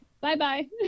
bye-bye